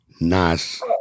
Nice